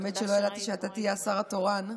האמת שלא ידעתי שאתה תהיה השר התורן,